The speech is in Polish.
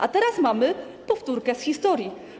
A teraz mamy powtórkę z historii.